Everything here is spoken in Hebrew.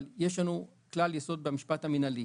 אבל יש לנו כלל יסוד במשפט המינהלי,